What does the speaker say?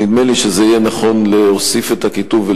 נדמה לי שזה יהיה נכון להוסיף את הכיתוב,